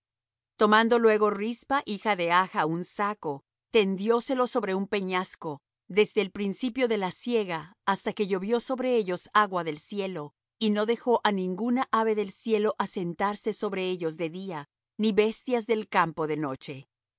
tomando luego rispa hija de aja un saco tendióselo sobre un peñasco desde el principio de la siega hasta que llovió sobre ellos agua del cielo y no dejó á ninguna ave del cielo asentarse sobre ellos de día ni bestias del campo de noche